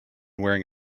wearing